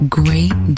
great